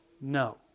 No